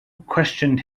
questioned